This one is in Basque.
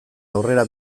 aurrera